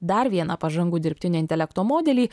dar vieną pažangų dirbtinio intelekto modelį